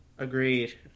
Agreed